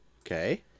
Okay